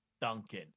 Duncan